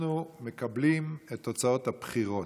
אנחנו מקבלים את תוצאות הבחירות,